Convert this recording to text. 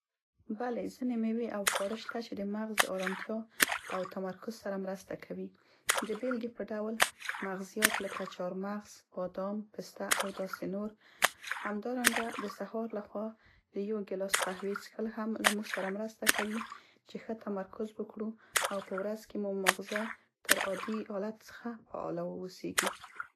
بلې، ځینې میوې او خواړه شته چې د مغز د ارامتیا او تمرکز سره مرسته کوي. د بیلګې په ډول مغزیات لکه چارمغز، بادام، پسته او داسې نور. همدارنګه د سهار لخوا د یو ګیلاس قهوې څښل هم له موږ سره مرسته کوي چې ښه تمرکز وکړو او په ورځ کې مو ماغزه تر عادي حالت څخه فعاله واوسیګي.